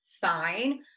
fine